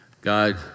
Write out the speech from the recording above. God